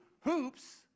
hoops